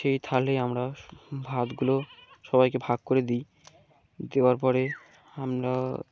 সেই থালে আমরা ভাতগুলো সবাইকে ভাগ করে দিই দেওয়ার পরে আমরা